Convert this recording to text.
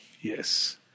Yes